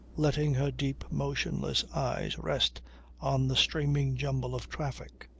letting her deep motionless eyes rest on the streaming jumble of traffic.